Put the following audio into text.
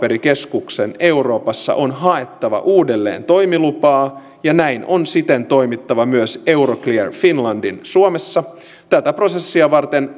huomiona jokaisen arvopaperikeskuksen euroopassa on haettava uudelleen toimilupaa ja näin on siten toimittava myös euroclear finlandin suomessa tätä prosessia varten